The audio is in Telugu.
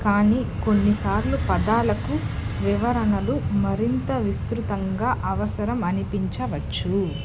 కానీ కొన్నిసార్లు పదాలకు వివరణలు మరింత విస్తృతంగా అవసరం అనిపించవచ్చు